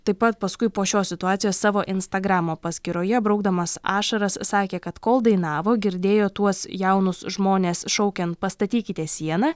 taip pat paskui po šios situacijos savo instagramo paskyroje braukdamas ašaras sakė kad kol dainavo girdėjo tuos jaunus žmones šaukiant pastatykite sieną